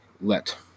Let